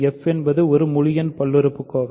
f என்பது ஒரு முழு எண் பல்லுறுப்புக்கோவை